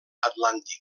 atlàntic